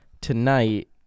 tonight